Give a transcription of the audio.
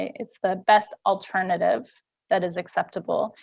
it's the best alternative that is acceptable.